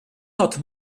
hat